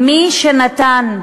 אבל מה עם ה"חמאס"?